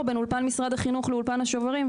בין אולפן משרד החינוך לאולפן השוברים.